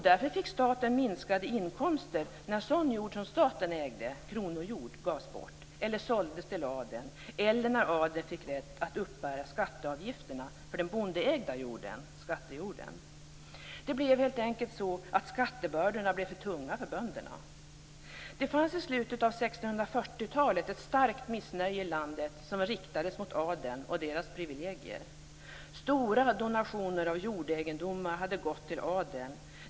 Därför fick staten minskade inkomster när sådan jord som staten ägde, kronojord, gavs bort eller såldes till adeln eller när adeln fick rätt att uppbära skatteavgifterna för den bondeägda jorden, skattejorden. Skattebördorna blev helt enkelt för tunga för bönderna. I slutet av 1640-talet fanns det ett starkt missnöje i landet riktat mot adeln och dess privilegier. Stora donationer av jordegendomar hade gått till adeln.